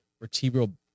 vertebral